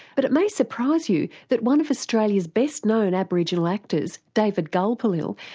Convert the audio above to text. but it may surprise you that one of australia's best known aboriginal actors, david gulpilil,